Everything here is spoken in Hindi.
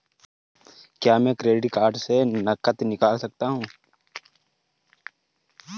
क्या मैं क्रेडिट कार्ड से नकद निकाल सकता हूँ?